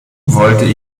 wollte